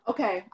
Okay